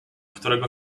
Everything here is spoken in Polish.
którego